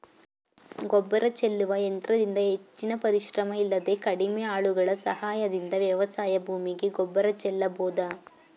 ಗೊಬ್ಬರ ಚೆಲ್ಲುವ ಯಂತ್ರದಿಂದ ಹೆಚ್ಚಿನ ಪರಿಶ್ರಮ ಇಲ್ಲದೆ ಕಡಿಮೆ ಆಳುಗಳ ಸಹಾಯದಿಂದ ವ್ಯವಸಾಯ ಭೂಮಿಗೆ ಗೊಬ್ಬರ ಚೆಲ್ಲಬೋದು